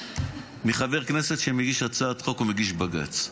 מחבר כנסת שמגיש הצעת חוק ומגיש בג"ץ.